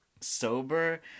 sober